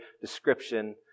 description